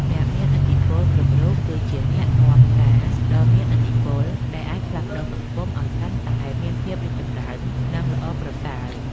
អ្នកមានឥទ្ធិពលគ្រប់រូបគឺជាអ្នកនាំសារដ៏មានឥទ្ធិពលដែលអាចផ្លាស់ប្តូរសង្គមឱ្យកាន់តែមានភាពរីកចម្រើននិងល្អប្រសើរ។